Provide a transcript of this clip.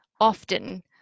often